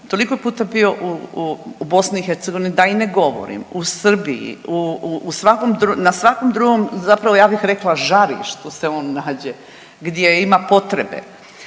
toliko je puta bio u, u BiH da i ne govorim, u Srbiji, u, u svakom drugom, na svakom drugom zapravo ja bih rekla žarištu se on nađe gdje ima potrebe.